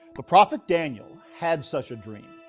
the prophet daniel had such a dream.